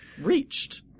Reached